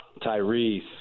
Tyrese